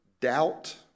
Doubt